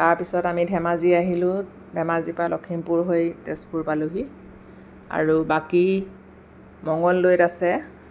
তাৰপিছত আমি ধেমাজি আহিলোঁ ধেমাজিৰ পৰা লক্ষীমপুৰ হৈ তেজপুৰ পালোঁহি আৰু বাকী মংগলদৈত আছে